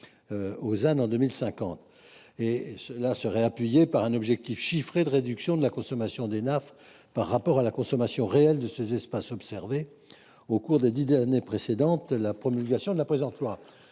au ZAN en 2050. Cela se matérialise dans un objectif chiffré de réduction de la consommation d’Enaf par rapport à la consommation réelle de ces espaces observée au cours des dix années précédant la promulgation de la loi